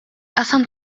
qasam